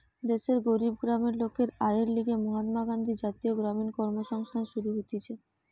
দেশের গরিব গ্রামের লোকের আয়ের লিগে মহাত্মা গান্ধী জাতীয় গ্রামীণ কর্মসংস্থান শুরু হতিছে